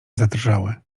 zadrżały